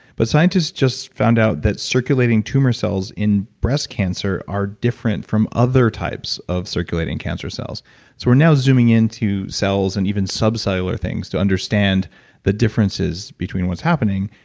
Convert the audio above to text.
but scientists just found out that circulating tumor cells in breast cancer are different from other types of circulating cancer cells. so we're now zooming into cells or and even sub-cellular things to understand the differences between what's happening.